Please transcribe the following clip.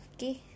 Okay